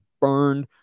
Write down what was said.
burned